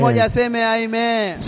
amen